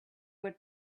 were